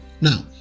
Now